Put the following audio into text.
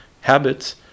habits